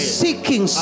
seeking